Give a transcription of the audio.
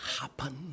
happen